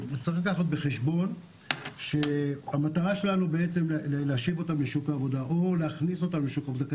צריך לקחת בחשבון שהמטרה שלנו זה להשיב או להכניס אותם לשוק העבודה,